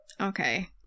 okay